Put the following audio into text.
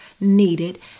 needed